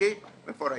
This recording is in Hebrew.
אישית מפורטת.